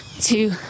two